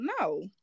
no